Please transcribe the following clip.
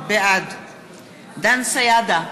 בעד דן סידה,